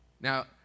Now